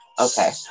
Okay